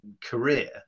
career